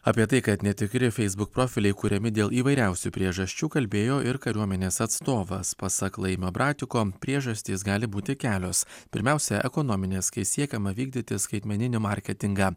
apie tai kad netikri facebook profiliai kuriami dėl įvairiausių priežasčių kalbėjo ir kariuomenės atstovas pasak laimio bratiko priežastys gali būti kelios pirmiausia ekonominės kai siekiama vykdyti skaitmeninį marketingą